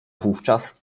wówczas